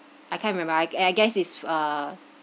I can't remember I I guess is a